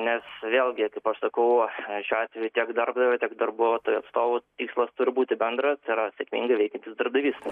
nes vėlgi kaip aš sakau šiuo atveju tiek darbdavio tiek darbuotojų atstovų tikslas turi būti bendras tai yra sėkmingai veikiantis darbdavys